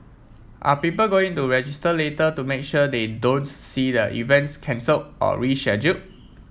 are people going to register later to make sure they don't see their events cancelled or reschedule